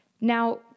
Now